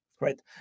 right